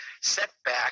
setback